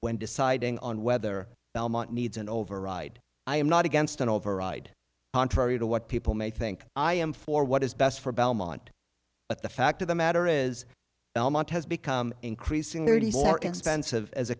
when deciding on whether belmont needs an override i am not against an override contrary to what people may think i am for what is best for belmont but the fact of the matter is belmont has become increasingly more expensive as a